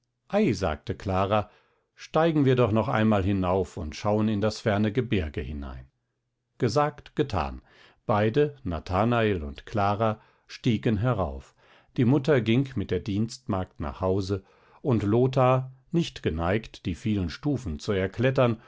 sagte clara steigen wir doch noch einmal herauf und schauen in das ferne gebirge hinein gesagt getan beide nathanael und clara stiegen herauf die mutter ging mit der dienstmagd nach hause und lothar nicht geneigt die vielen stufen zu erklettern